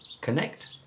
connect